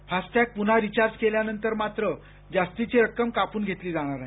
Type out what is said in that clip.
FASTag पुन्हा recharge केल्यानंतर मात्र जास्तीची रक्कम कापून घेतली जाणार आहे